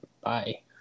Bye